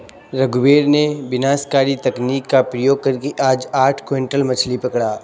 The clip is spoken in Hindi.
रघुवीर ने विनाशकारी तकनीक का प्रयोग करके आज आठ क्विंटल मछ्ली पकड़ा